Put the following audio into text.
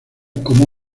como